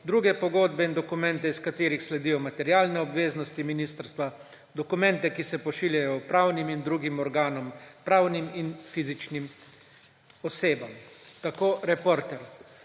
druge pogodbe in dokumente, iz katerih sledijo materialne obveznosti ministrstva; dokumente, ki se pošiljajo upravnim in drugim organom, pravnim in fizičnim osebam.« Tako Reporter.